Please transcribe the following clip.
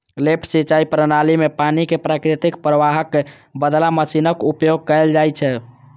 lift सिंचाइ प्रणाली मे पानि कें प्राकृतिक प्रवाहक बदला मशीनक उपयोग कैल जाइ छै